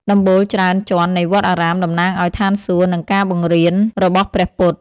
ដំបូលច្រើនជាន់នៃវត្តអារាមតំណាងឱ្យឋានសួគ៌និងការបង្រៀនរបស់ព្រះពុទ្ធ។